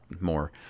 more